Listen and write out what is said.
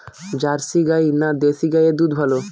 Jersey গাই না দেশী গাইয়ের দুধ ভালো?